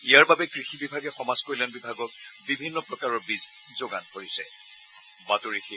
ইয়াৰ বাবে কৃষি বিভাগে সমাজ কল্যাণ বিভাগক বিভিন্ন প্ৰকাৰৰ বীজ যোগান ধৰিছে